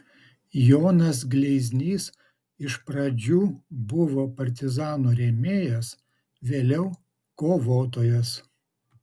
jonas gleiznys iš pradžių buvo partizanų rėmėjas vėliau kovotojas